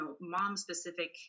mom-specific